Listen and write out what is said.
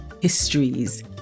histories